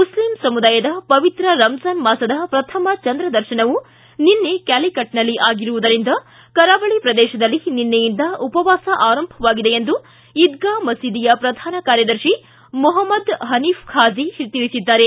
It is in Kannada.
ಮುಸ್ಲಿಂ ಸಮುದಾಯದ ಪವಿತ್ರ ರಂಜಾನ್ ಮಾಸದ ಪ್ರಥಮ ಚಂದ್ರದರ್ಶನವು ನಿನ್ನೆ ಕ್ಯಾಲಿಕಟ್ನಲ್ಲಿ ಆಗಿರುವುದರಿಂದ ಕರಾವಳ ಪ್ರದೇಶದಲ್ಲಿ ನಿನ್ನೆಯಿಂದ ಉಪವಾಸ ಆರಂಭವಾಗಿದೆ ಎಂದು ಈದ್ಗಾ ಮಸೀದಿಯ ಪ್ರಧಾನ ಕಾರ್ಯದರ್ತಿ ಮುಪಮ್ಮದ್ ಹನೀಫ್ ಹಾಜಿ ತಿಳಿಸಿದ್ದಾರೆ